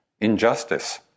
injustice